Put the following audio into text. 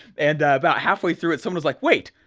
and about halfway through it, someone was like wait,